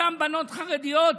אותן בנות חרדיות,